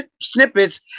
snippets